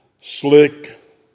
slick